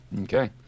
Okay